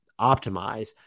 optimize